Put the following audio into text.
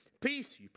peace